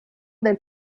del